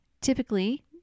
Typically